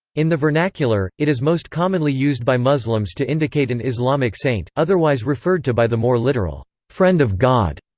in the vernacular, it is most commonly used by muslims to indicate an islamic saint, otherwise referred to by the more literal friend of god.